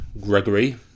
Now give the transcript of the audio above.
Gregory